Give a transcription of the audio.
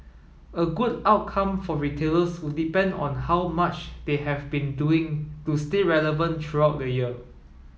a good outcome for retailers would depend on how much they have been doing to stay relevant throughout the year